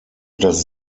das